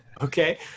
okay